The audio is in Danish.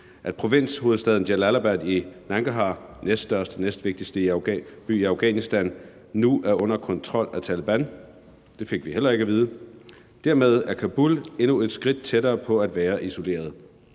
at provinshovedstaden Jalalabad, den næstvigtigste by i Afghanistan, i Nangarhar nu var under kontrol af Taleban. Det fik vi heller ikke at vide. Dermed var Kabul endnu et skridt tættere på at være isoleret.